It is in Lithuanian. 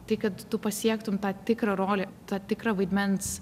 tai kad tu pasiektum tą tikrą rolę tą tikrą vaidmens